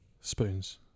Spoons